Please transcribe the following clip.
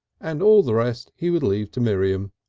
and all the rest he would leave to miriam.